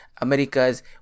America's